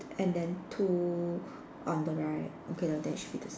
and then two on the right okay lah then it should be same